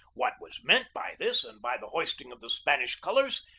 what was meant by this and by the hoisting of the spanish colors,